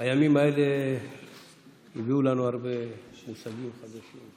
הימים האלה הביאו לנו הרבה מושגים חדשים.